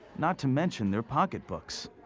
not to mention their pocket books.